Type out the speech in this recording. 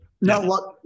No